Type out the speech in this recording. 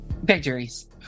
Victories